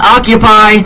Occupy